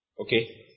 okay